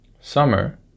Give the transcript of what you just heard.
Summer